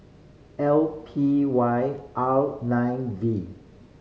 L P Y R nine V